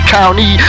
County